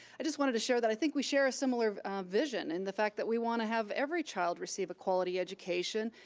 i just wanted to share that. i think we share a similar vision in the fact that we want to have every child receive a quality education,